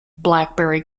blackberry